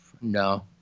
No